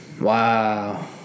Wow